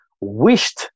wished